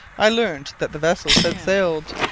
i learned that the vessels had sailed.